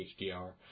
HDR